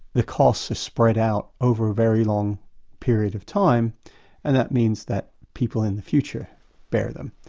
the costs are spread out over a very long period of time and that means that people in the future bear them.